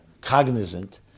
cognizant